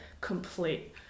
complete